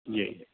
जी